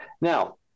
Now